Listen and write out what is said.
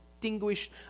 Distinguished